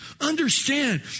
Understand